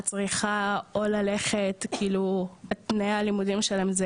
את צריכה או ללכת כאילו התניה ללימודים שלנו,